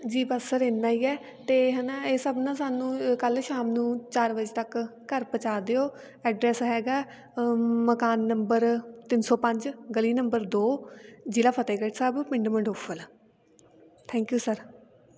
ਜੀ ਬਸ ਸਰ ਇੰਨਾ ਹੀ ਹੈ ਅਤੇ ਹੈ ਨਾ ਇਹ ਸਭ ਨਾ ਸਾਨੂੰ ਅ ਕੱਲ ਸ਼ਾਮ ਨੂੰ ਚਾਰ ਵਜੇ ਤੱਕ ਘਰ ਪਹੁੰਚਾ ਦਿਓ ਐਡਰੈਸ ਹੈਗਾ ਮਕਾਨ ਨੰਬਰ ਤਿੰਨ ਸੌ ਪੰਜ ਗਲੀ ਨੰਬਰ ਦੋ ਜਿਲ੍ਹਾਂ ਫਤਿਹਗੜ੍ਹ ਸਾਹਿਬ ਪਿੰਡ ਮੰਡੋਫਲ ਥੈਂਕ ਯੂ ਸਰ